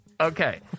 Okay